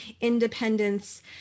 independence